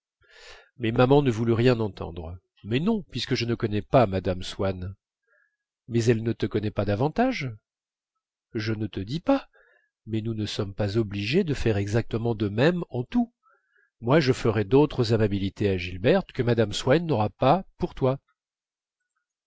mais maman ne voulut rien entendre mais non puisque je ne connais pas mme swann mais elle ne te connaît pas davantage je ne te dis pas mais nous ne sommes pas obligés de faire exactement de même en tout moi je ferai d'autres amabilités à gilberte que mme swann n'aura pas pour toi